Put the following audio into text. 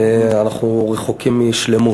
אנחנו רחוקים משלמות.